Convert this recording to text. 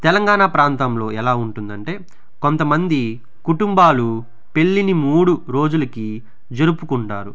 తెలంగాణ ప్రాంతంలో ఎలా ఉంటుంది అంటే కొంతమంది కుటుంబాలు పెళ్లిని మూడు రోజులకి జరుపుకుంటారు